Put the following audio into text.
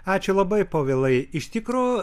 ačiū labai povilai iš tikro